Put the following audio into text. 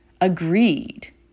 Agreed